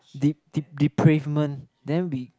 de~ de~ depravement then we